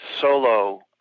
solo